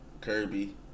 Kirby